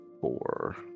four